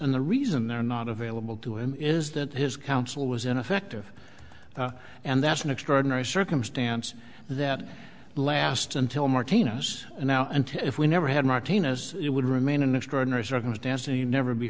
and the reason they're not available to him is that his counsel was ineffective and that's an extraordinary circumstance that lasts until martina's and now and if we never had martinez it would remain an extraordinary circumstance and you'd never be